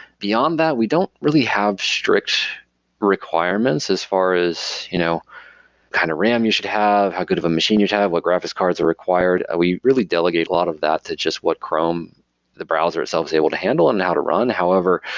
beyond that, we don't really have strict requirements as far as you know kind of ram you should have, how good of a machine you have, what graphics cards are required. we really delegate a lot of that to just what chrome the browser itself is able to handle and now to run. however,